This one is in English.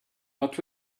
but